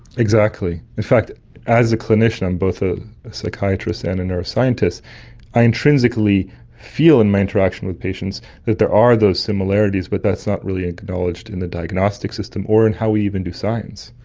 exactly. in fact as a clinician i'm both a psychiatrist and a neuroscientist i intrinsically feel in my interaction with patients that there are those similarities, but that's not really acknowledged in the diagnostic system or in how we even do science.